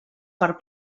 per